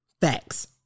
Facts